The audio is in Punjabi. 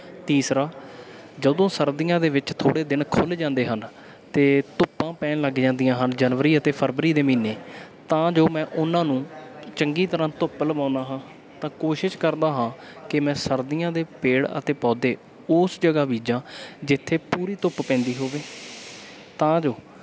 ਤੀਸਰਾ ਜਦੋਂ ਸਰਦੀਆਂ ਦੇ ਵਿੱਚ ਥੋੜ੍ਹੇ ਦਿਨ ਖੁੱਲ੍ਹ ਜਾਂਦੇ ਹਨ ਅਤੇ ਧੁੱਪਾਂ ਪੈਣ ਲੱਗ ਜਾਂਦੀਆਂ ਹਨ ਜਨਵਰੀ ਅਤੇ ਫਰਵਰੀ ਦੇ ਮਹੀਨੇ ਤਾਂ ਜੋ ਮੈਂ ਉਹਨਾਂ ਨੂੰ ਚੰਗੀ ਤਰ੍ਹਾਂ ਧੁੱਪ ਲਵਾਉਂਦਾ ਹਾਂ ਤਾਂ ਕੋਸ਼ਿਸ਼ ਕਰਦਾ ਹਾਂ ਕਿ ਮੈਂ ਸਰਦੀਆਂ ਦੇ ਪੇੜ ਅਤੇ ਪੌਦੇ ਉਸ ਜਗ੍ਹਾ ਬੀਜਾਂ ਜਿੱਥੇ ਪੂਰੀ ਧੁੱਪ ਪੈਂਦੀ ਹੋਵੇ ਤਾਂ ਜੋ